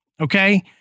Okay